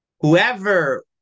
Whoever